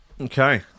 Okay